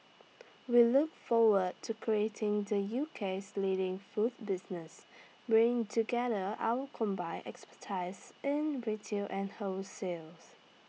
we look forward to creating the UK's leading food business bring together our combined expertise in retail and wholesales